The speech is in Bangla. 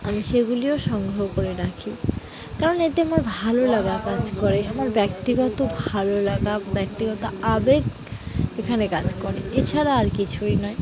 আমি সেগুলিও সংগ্রহ করে রাখি কারণ এতে আমার ভালো লাগা কাজ করে আমার ব্যক্তিগত ভালো লাগা ব্যক্তিগত আবেগ এখানে কাজ করে এছাড়া আর কিছুই নয়